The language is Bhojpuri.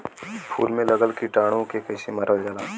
फूल में लगल कीटाणु के कैसे मारल जाला?